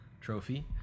Trophy